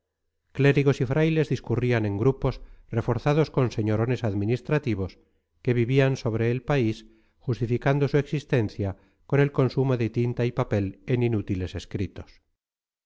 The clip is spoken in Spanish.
clérigos y frailes discurrían en grupos reforzados con señorones administrativos que vivían sobre el país justificando su existencia con el consumo de tinta y papel en inútiles escritos